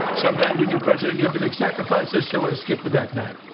so um that when you're president you have to make sacrifices so i skipped the back not